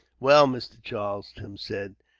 well, mr. charles, tim said,